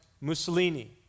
Mussolini